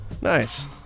Nice